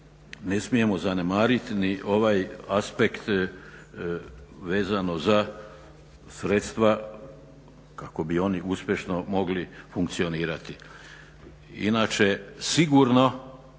ne smijemo zanemariti ni ovaj aspekt vezano za sredstva kako bi oni uspješno mogli funkcionirati. Inače sigurno